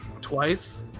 twice